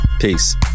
Peace